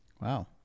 Wow